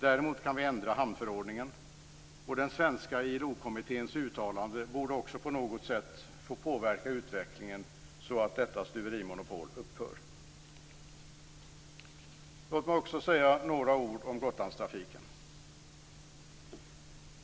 Däremot kan vi ändra hamnförordningen, och den svenska ILO kommitténs uttalande borde också på något sätt få påverka utvecklingen så att detta stuverimonopol upphör. Låt mig också säga några ord om Gotlandstrafiken.